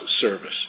service